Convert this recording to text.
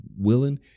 willing